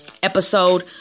Episode